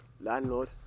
Landlord